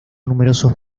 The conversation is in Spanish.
numerosos